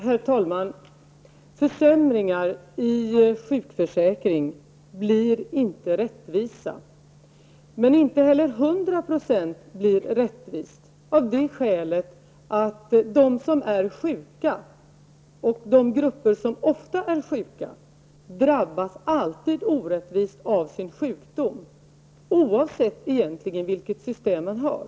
Herr talman! Försämringar i sjukförsäkringen blir inte rättvisa. Men inte heller 100 % blir rättvist av det skälet att de som är sjuka -- och de grupper som ofta är sjuka -- alltid drabbas orättvist av sin sjukdom, oavsett vilket system man har.